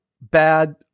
bad